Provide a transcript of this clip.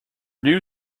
new